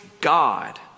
God